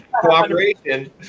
cooperation